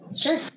Sure